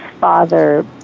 father